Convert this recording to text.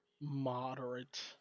moderate